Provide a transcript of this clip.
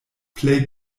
plej